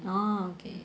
oh okay